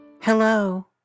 Hello